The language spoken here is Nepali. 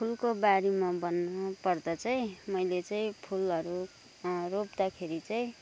फुलको बारेमा भन्नुुपर्दा चाहिँ मैले चाहिँ फुलहरू रोप्दाखेरि चाहिँ